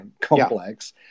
complex